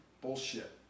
Bullshit